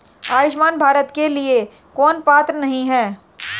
आयुष्मान भारत के लिए कौन पात्र नहीं है?